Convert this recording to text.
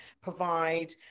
provide